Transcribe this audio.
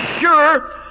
sure